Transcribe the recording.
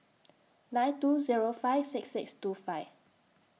nine two Zero five six six two five